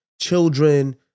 children